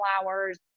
flowers